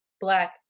Black